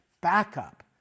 backup